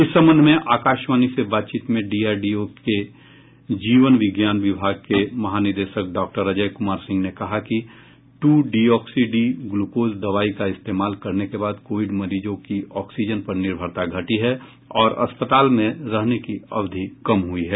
इस संबंध में आकाशवाणी से बातचीत में डीआरडीओ में जीवन विज्ञान विभाग के महानिदेशक डॉक्टर अजय कुमार सिंह ने कहा है कि टू डिओक्सी डी ग्लूकोज दवाई का इस्तेमाल करने के बाद कोविड मरीजों की ऑक्सीजन पर निर्भरता घटी है और अस्पताल में रहने की अवधि कम हुई है